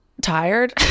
tired